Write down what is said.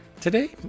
today